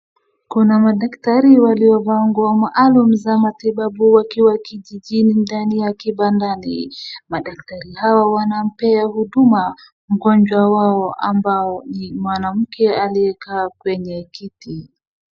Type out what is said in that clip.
Kuna madaktrai waliovaa nguo maalum za matibabu wakiwa kijijini ndani ya kibandani, madaktari hao wanampea huduma mgonjwa wao ambao ni mwanamke aliekaa kwenye kiti.